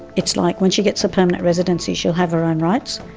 it's like when she gets a permanent residency, she'll have her own rights.